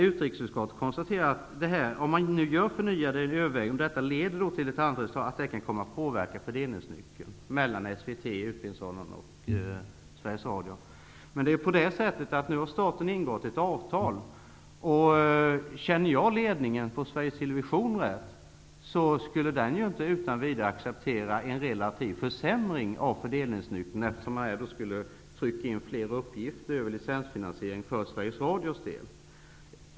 Utrikesutskottet konstaterar att förnyade överväganden kan komma att påverka fördelningsnyckeln mellan SVT, Utbildningsradion och Sveriges Radio. Det är riktigt. Men nu har staten ingått ett avtal, och känner jag ledningen för Sveriges Television rätt skulle den inte utan vidare acceptera en relativ försämring av fördelningsnyckeln -- man skulle ju här trycka in flera uppgifter med licensfinansiering för Sveriges Radios del.